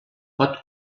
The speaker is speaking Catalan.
pot